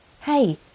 hey